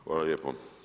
Hvala lijepo.